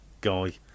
guy